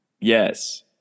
Yes